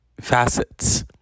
facets